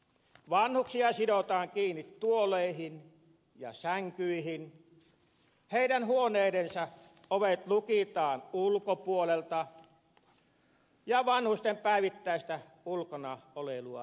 vanhuksia sidotaan kiinni tuoleihin ja sänkyihin heidän huoneidensa ovet lukitaan ulkopuolelta ja vanhusten päivittäistä ulkona oleilua rajataan